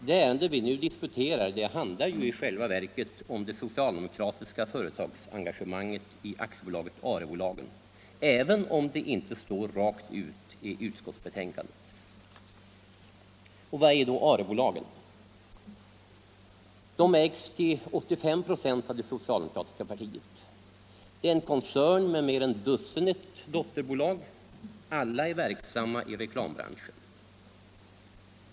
Det ärende vi nu diskuterar handlar i själva verket om det socialdemokratiska företagsengagemanget i AB Förenade Arebolagen, även om det inte står rakt ut i utskottsbetänkandet. Vad är då Arebolagen? Arebolagen ägs till 85 96 av det socialdemokratiska partiet. Det är en koncern med mer än dussinet dotterbolag, alla verksamma i reklambranschen.